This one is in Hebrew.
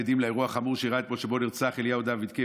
עדים לאירוע החמור שאירע אתמול שבו נרצח אליהו דוד קיי,